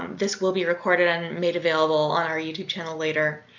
this will be recorded and made available on our youtube channel later.